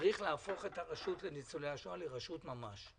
צריך להפוך את הרשות לניצולי השואה לרשות ממש,